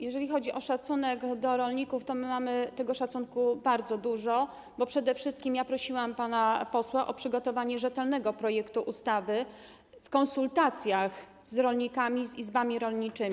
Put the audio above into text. Jeżeli chodzi o szacunek do rolników, to my mamy tego szacunku bardzo dużo, bo przede wszystkim ja prosiłam pana posła o przygotowanie rzetelnego projektu ustawy, skonsultowanego z rolnikami, z izbami rolniczymi.